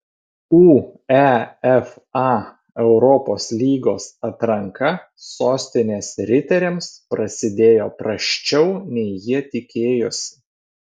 uefa europos lygos atranka sostinės riteriams prasidėjo prasčiau nei jie tikėjosi